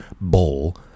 bowl